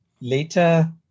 later